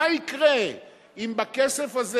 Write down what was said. מה יקרה אם בכסף הזה,